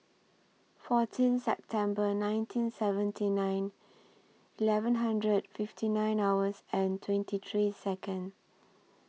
fourteen September nineteen seventy nine eleven hundred fifty nine hours and twenty three Second